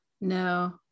no